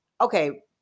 Okay